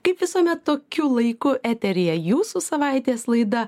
kaip visuomet tokiu laiku eteryje jūsų savaitės laida